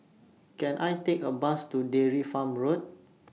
Can I Take A Bus to Dairy Farm Road